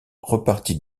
repartit